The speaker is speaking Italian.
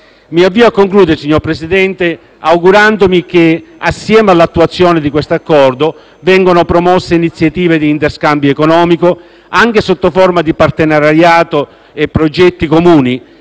mi avvio a concludere augurandomi che insieme all'attuazione di questo Accordo vengano promosse iniziative di interscambio economico, anche sotto forma di partenariato e progetti comuni,